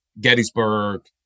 Gettysburg